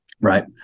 Right